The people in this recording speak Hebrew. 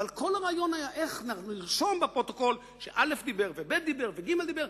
אבל כל הרעיון היה איך נרשום בפרוטוקול שא' דיבר וב' דיבר וג' דיבר,